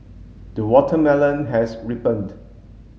the watermelon has ripened